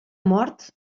mort